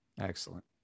Excellent